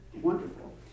wonderful